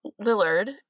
Lillard